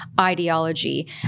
ideology